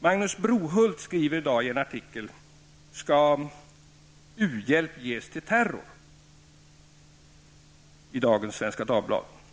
Magnus Brohult skriver i dag i en artikel ''Ska u-hjälp ges till terror?'' i dagens Svenska Dagbladet.